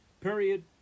Period